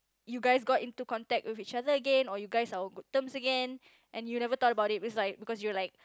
you guys got into contact with each other again or you guys are on good terms again and you never thought about it with like because you are like